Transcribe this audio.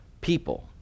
people